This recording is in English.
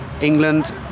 England